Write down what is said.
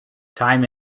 time